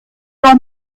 noch